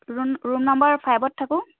ৰুন room number ফাইভত থাকো